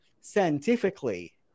scientifically